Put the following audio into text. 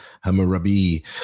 Hammurabi